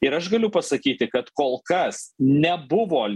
ir aš galiu pasakyti kad kol kas nebuvo